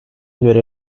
göre